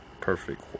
perfect